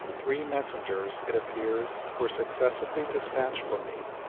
three messengers, it appears, were successively despatched for me,